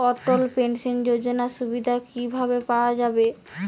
অটল pension যোজনার সুবিধা কি ভাবে পাওয়া যাবে?